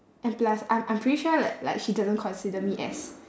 and plus I'm I'm pretty sure like like she doesn't consider me as